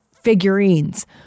figurines